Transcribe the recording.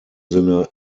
sinne